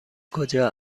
کجا